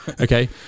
Okay